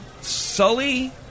Sully